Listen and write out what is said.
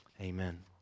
amen